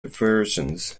versions